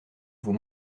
vous